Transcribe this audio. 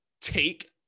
take